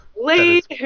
late